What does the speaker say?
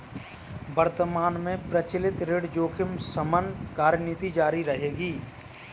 वर्तमान में प्रचलित ऋण जोखिम शमन कार्यनीति जारी रहेगी